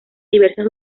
diversas